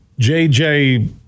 JJ